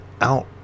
out